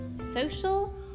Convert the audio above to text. social